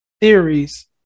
theories